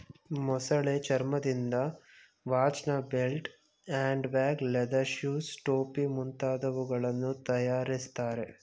ಮೊಸಳೆ ಚರ್ಮದಿಂದ ವಾಚ್ನ belt, hand bag, leather shoes, ಟೋಪಿ ಮುಂತಾದವುಗಳನ್ನು ತರಯಾರಿಸ್ತರೆ